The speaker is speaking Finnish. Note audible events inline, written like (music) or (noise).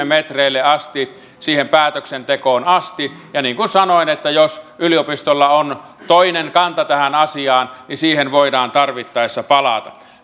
(unintelligible) metreille asti siihen päätöksentekoon asti ja niin kuin sanoin jos yliopistolla on toinen kanta tähän asiaan niin siihen voidaan tarvittaessa palata